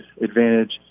advantage